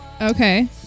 Okay